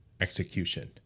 execution